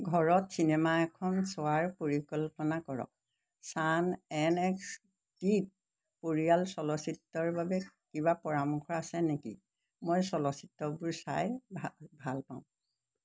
ঘৰত চিনেমা এখন চোৱাৰ পৰিকল্পনা কৰক ছান এন এক্স টি ত পৰিয়াল চলচ্চিত্ৰৰ বাবে কিবা পৰামৰ্শ আছে নেকি মই চলচ্চিত্ৰবোৰ চাই ভাল পাওঁ